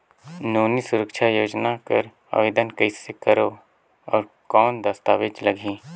नोनी सुरक्षा योजना कर आवेदन कइसे करो? और कौन दस्तावेज लगही?